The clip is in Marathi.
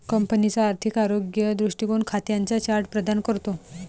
कंपनीचा आर्थिक आरोग्य दृष्टीकोन खात्यांचा चार्ट प्रदान करतो